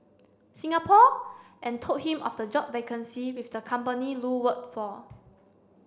Singapore and told him of the job vacancy with the company Lu worked for